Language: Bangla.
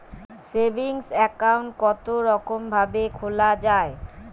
সেভিং একাউন্ট কতরকম ভাবে খোলা য়ায়?